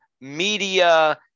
media